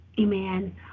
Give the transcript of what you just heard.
Amen